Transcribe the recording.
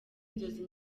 inzozi